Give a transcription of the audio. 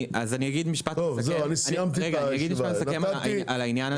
אני אגיד משפט מסכם על העניין הזה.